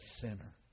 sinner